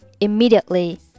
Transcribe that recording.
immediately